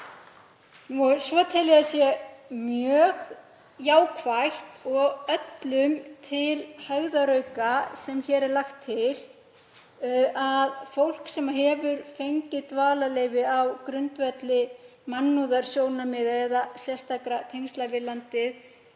Svo tel ég að það sé mjög jákvætt og öllum til hægðarauka sem hér er lagt til, þ.e. að fólk sem hefur fengið dvalarleyfi á grundvelli mannúðarsjónarmiða eða sérstakra tengsla við landið